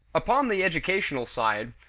upon the educational side,